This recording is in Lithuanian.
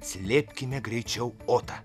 slėpkime greičiau otą